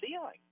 ceiling